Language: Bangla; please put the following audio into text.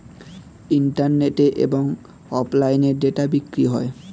ইন্টারনেটে এবং অফলাইনে ডেটা বিক্রি হয়